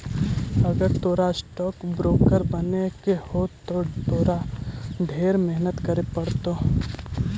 अगर तोरा stock broker बने के हो त तोरा ढेर मेहनत करे पड़तो